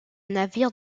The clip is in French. navire